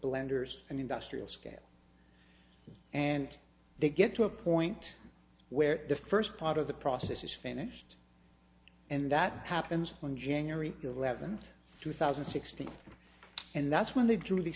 blenders and industrial scale and they get to a point where the first part of the process is finished and that happens on january eleventh two thousand and sixteen and that's when they